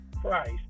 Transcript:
price